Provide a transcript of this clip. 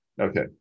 Okay